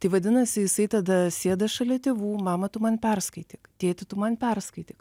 tai vadinasi jisai tada sėda šalia tėvų mama tu man perskaityk tėti tu man perskaityk